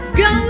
go